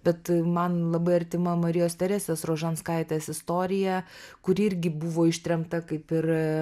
bet man labai artima marijos teresės rožanskaitės istorija kuri irgi buvo ištremta kaip ir